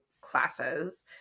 classes